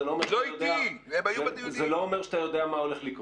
זה לא אומר שאתה יודע מה הולך לקרות.